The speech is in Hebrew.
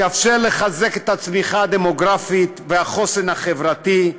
זה יאפשר לחזק את הצמיחה הדמוגרפית ואת החוסן החברתי,